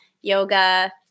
yoga